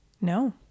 No